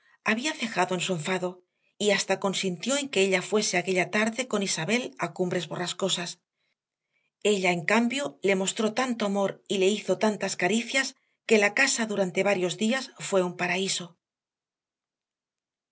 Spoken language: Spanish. había cejado en su enfado y hasta consintió en que ella fuese aquella tarde con isabel a cumbres borrascosas ella en cambio le mostró tanto amor y le hizo tantas caricias que la casa durante varios días fue un paraíso